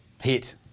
Hit